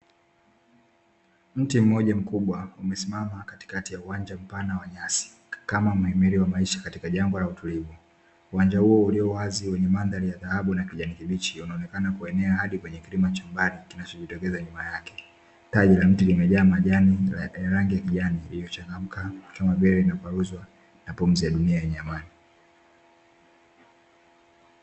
Mti mmoja mkubwa umesimama katikati ya uwanja mpana wa nyasi kama muhimili wa maisha katika jambo la utulivu, uwanja huo uliowazi wenye mandhari ya dhahabu na kijani kibichi unaonekana kuenea hadi kwenye kilima cha mbali kinachojitokeza nyuma yake. Taji la mti limejaa rangi ya kijani iliochangamka kama vile imekwaruzwa na pumzi ya dunia yenye amani.